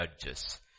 judges